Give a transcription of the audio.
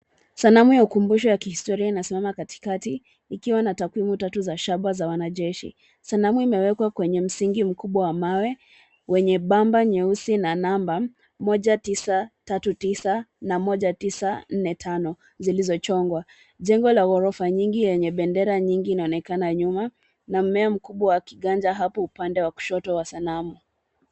Sanamu ya ukumbusho ya kihistoria inasimama katikati ikiwa na takwimu tatu za shaba za wanajeshi. Sanamu imewekwa kwenye msingi mkubwa wa mawe wenye bamba nyeusi na namba 1939 na 1945 zilizochongwa. Jengo la ghorofa nyingi yenye bendera nyingi inaonekana nyuma na mmea mkubwa wa kiganja hapo upande wa kushoto wa sanamu.